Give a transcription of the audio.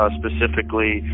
specifically